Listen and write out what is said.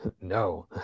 no